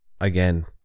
again